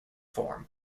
form